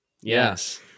Yes